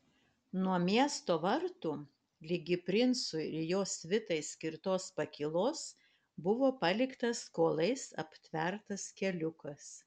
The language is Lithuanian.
nuo miesto vartų ligi princui ir jo svitai skirtos pakylos buvo paliktas kuolais aptvertas keliukas